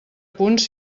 punts